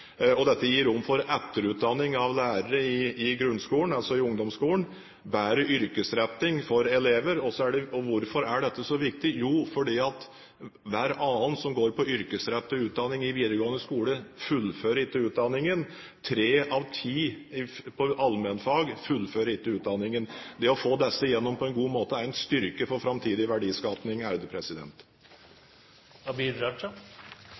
Dette gir rom for etterutdanning av lærere i grunnskolen, altså i ungdomsskolen, og bedre yrkesretting for elever. Hvorfor er dette så viktig? Jo, fordi hver annen som går på yrkesrettet utdanning i videregående skole, fullfører ikke utdanningen. Tre av ti på allmennfag fullfører ikke utdanningen. Det å få disse gjennom på en god måte er en styrke for framtidig